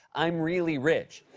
i'm really rich.